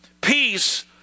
peace